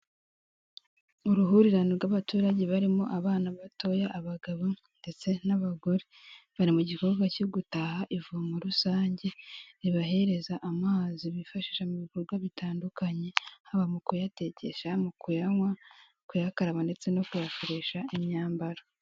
Uruhurirane rw'abaturage barimo abana batoya abagabo ndetse n'abagore , bari mu gikorwa cyo gutaha ivomo rusange ribahereza amazi bifashisha mu bikorwa bitandukanye , haba mu kuyatekesha , mu kuyanywa kuyakaraba ndetse no kuyafurisha imyambaro.